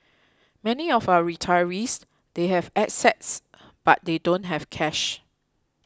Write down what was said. many of our retirees they have assets but they don't have cash